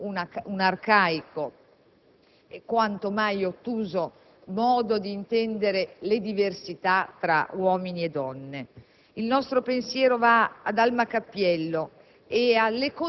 è solo un arcaico e quanto mai ottuso modo di intendere le diversità tra uomini e donne. Il nostro pensiero va ad Alma Cappiello